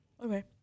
Okay